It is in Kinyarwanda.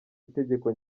itegeko